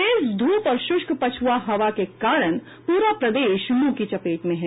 तेज धूप और शुष्क पछुआ हवा के कारण प्ररा प्रदेश लू की चपेट में है